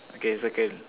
okay it's okay